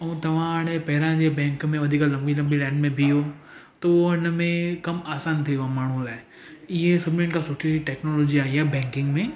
ऐं तव्हां हाणे पहिरियां जे बैंक में वधीक लंबी लाइन में बिहूं त हो हुन में कमु आसानु थी वियो माण्हू लाइ इअं सभिनिनि खां सुठी टैक्नोलॉजी आई आहे बैंकिंग में